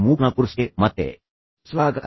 ಮೂಕ್ನ ಕೋರ್ಸ್ಗೆ ಮತ್ತೆ ಸ್ವಾಗತ